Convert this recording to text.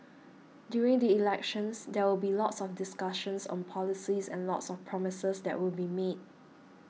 during the elections there will be lots of discussions on policies and lots of promises that will be made